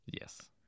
Yes